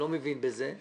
אני לא מבין בזה.